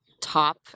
top